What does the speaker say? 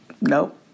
Nope